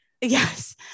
yes